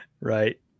right